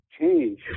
change